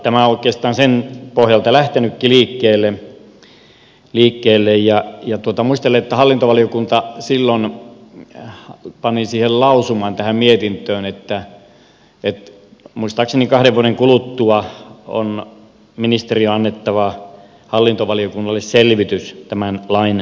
tämä on oikeastaan sen pohjalta lähtenytkin liikkeelle ja muistelen että hallintovaliokunta silloin pani tähän mietintöön lausuman että muistaakseni kahden vuoden kuluttua on ministeriön annettava hallintovaliokunnalle selvitys tämän lain toimivuudesta